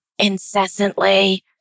Incessantly